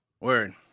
Word